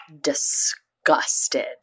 disgusted